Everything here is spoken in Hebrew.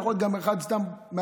זה יכול להיות גם אחד סתם מהשוק.